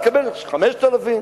תקבל 5,000,